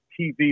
TV